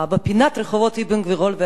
בפינת הרחובות אבן-גבירול ורמברנדט,